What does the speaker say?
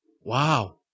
wow